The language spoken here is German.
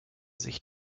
sich